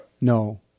No